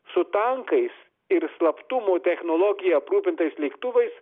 su tankais ir slaptumo technologija aprūpintais lėktuvais